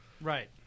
Right